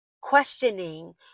questioning